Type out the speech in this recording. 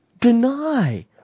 deny